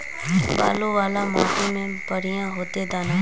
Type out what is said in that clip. बालू वाला माटी में बढ़िया होते दाना?